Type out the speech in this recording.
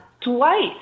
Twice